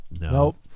Nope